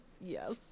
Yes